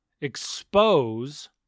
expose